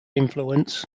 influence